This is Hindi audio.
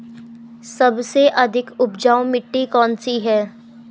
सबसे अधिक उपजाऊ मिट्टी कौन सी है?